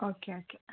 okay okay